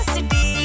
City